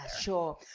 sure